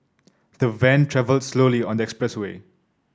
the van travelled slowly on expressway